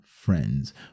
friends